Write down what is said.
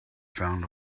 found